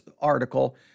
article